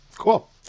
Cool